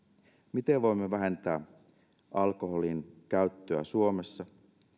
miten voimme vähentää alkoholin käyttöä suomessa